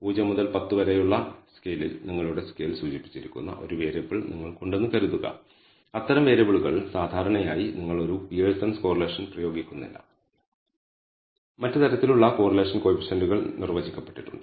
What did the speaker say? അതിനാൽ 0 മുതൽ 10 വരെയുള്ള സ്കെയിലിൽ നിങ്ങളുടെ സ്കെയിൽ സൂചിപ്പിച്ചിരിക്കുന്ന ഒരു വേരിയബിൾ നിങ്ങൾക്കുണ്ടെന്ന് കരുതുക അത്തരം വേരിയബിളുകൾ സാധാരണയായി നിങ്ങൾ ഒരു പിയേഴ്സൻസ് കോറിലേഷൻ പ്രയോഗിക്കുന്നില്ല മറ്റ് തരത്തിലുള്ള കോറിലേഷൻ കോയിഫിഷ്യന്റ്കൾ നിർവചിക്കപ്പെട്ടിട്ടുണ്ട്